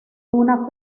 una